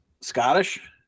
Scottish